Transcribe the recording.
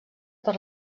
per